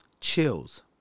chills